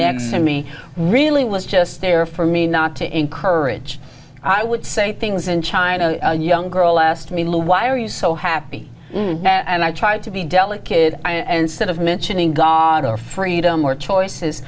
next to me really was just there for me not to encourage i would say things in china a young girl asked me lu why are you so happy and i tried to be delicate and instead of mentioning god or freedom or choices